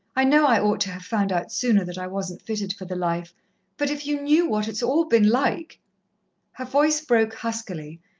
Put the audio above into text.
i know i ought to have found out sooner that i wasn't fitted for the life but if you knew what it's all been like her voice broke huskily,